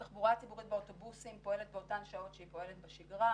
התחבורה הציבורית באוטובוסים פועלת באותן שעות שהיא פועלת בשגרה,